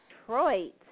Detroit